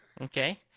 Okay